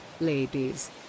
ladies